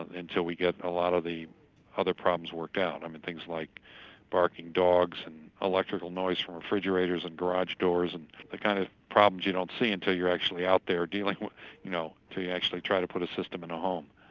until we get a lot of the other problems worked out. i mean things like barking dogs, and electrical noise from refrigerators and garage doors and the kind of problems you don't see until you're actually out there dealing with them, you know till you actually try to put a system in a home.